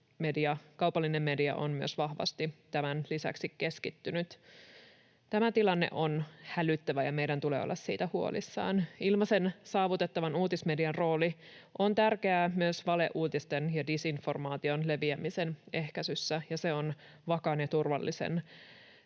kaupallinen media on tämän lisäksi myös vahvasti keskittynyt. Tämä tilanne on hälyttävä, ja meidän tulee olla siitä huolissamme. Ilmaisen saavutettavan uutismedian rooli on tärkeä myös valeuutisten ja disinformaation leviämisen ehkäisyssä, ja se on vakaan ja turvallisen